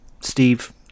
Steve